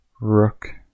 rook